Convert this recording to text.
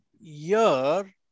year